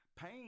Pain